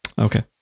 Okay